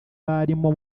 barimo